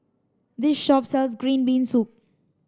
this shop sells green bean soup